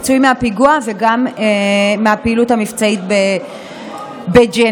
לפצועים מהפיגוע, וגם מהפעילות המבצעית בג'נין.